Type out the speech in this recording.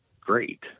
great